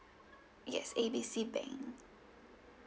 yes A B C bank